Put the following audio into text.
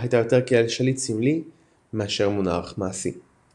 הייתה יותר כאל שליט סמלי מאשר מונרך מעשי.